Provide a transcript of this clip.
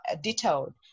detailed